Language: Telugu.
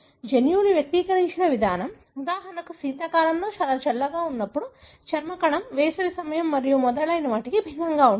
జన్యువులు వ్యక్తీకరించబడిన విధానం ఉదాహరణకు శీతాకాలంలో చాలా చల్లగా ఉన్నప్పుడు చర్మ కణం వేసవి సమయం మరియు మొదలైన వాటికి భిన్నంగా ఉంటుంది